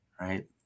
Right